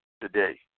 today